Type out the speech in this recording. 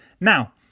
Now